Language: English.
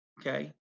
okay